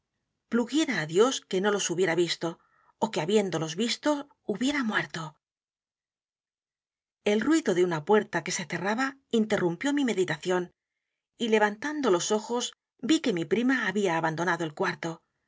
pluguiera á dios que no los hubiera visto ó que habiéndolos visto hubiera m u e r t o el ruido de una puerta que se cerraba i n t e r r u m p i ó mi meditación y levantando los ojos vi que mi prima había abandonado el cuarto